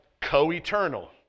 Co-eternal